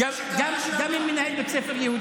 אתה באמת רוצה לדבר על לוד?